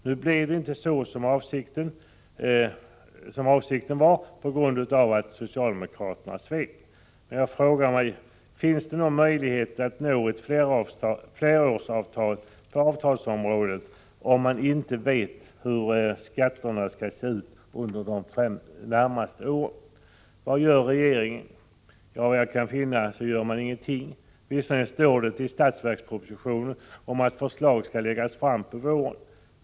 Nu blev det inte så som avsikten var på grund av att socialdemokraterna svek, men jag frågar mig om det finns någon möjlighet att uppnå ett flerårsavtal på avtalsområdet om man inte vet hur skatterna kommer att se ut under de närmaste åren. Vad gör regeringen i dag? Efter vad jag kan finna gör man ingenting. Visserligen står det något i budgetpropositionen om att ett förslag skall läggas fram på våren.